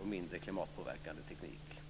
och mindre klimatpåverkande teknik.